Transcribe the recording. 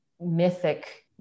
mythic